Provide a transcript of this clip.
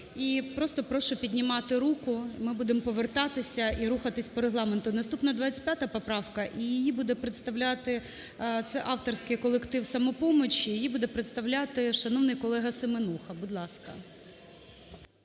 просто прошу піднімати руку, ми будемо повертатися і рухатися по регламенту. Наступна 25 поправка, і її буде представляти, це авторський колектив "Самопомочі", її буде представляти шановний колега Семенуха.